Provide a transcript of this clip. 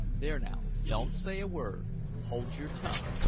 there, now, don't say a word hold your tongue,